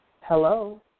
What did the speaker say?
Hello